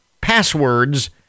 passwords